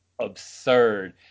absurd